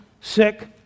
sick